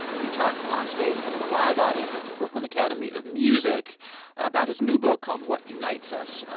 we talked on stage in front of a live audience at the brooklyn academy of music about his new book called what unites us.